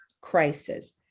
crisis